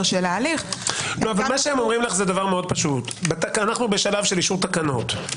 של ההליך- - הם אומרים לך דבר פשוט: אנחנו בשלב של אישור תקנות.